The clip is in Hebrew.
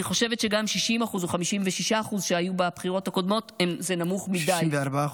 אני חושבת שגם 60% או 56% שהיו בבחירות הקודמות זה נמוך מדי.